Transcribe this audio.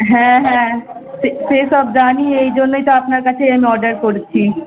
হ্যাঁ হ্যাঁ সেসব জানি এই জন্যই তো আপনার কাছেই আমি অর্ডার করেছি